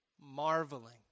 marveling